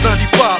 95